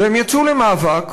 והם יצאו למאבק,